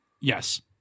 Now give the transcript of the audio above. Yes